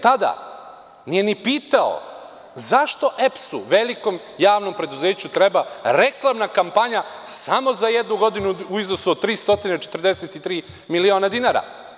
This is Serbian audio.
Tada nije ni pitao zašto EPS-u, velikom javnom preduzeću, treba reklamna kampanja samo za jednu godinu u iznosu od 343 miliona dinara.